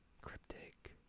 Cryptic